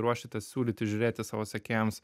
ruošiatės siūlyti žiūrėti savo sekėjams